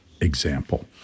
example